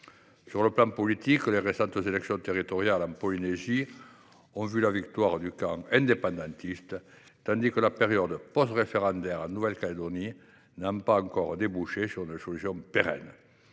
de vue politique, les récentes élections territoriales en Polynésie ont vu la victoire du camp indépendantiste, tandis que la période post référendaire en Nouvelle Calédonie n’a pas encore débouché sur une solution pérenne.